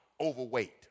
overweight